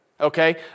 okay